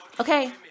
Okay